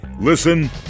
Listen